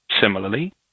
Similarly